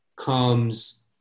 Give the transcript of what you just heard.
comes